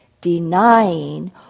denying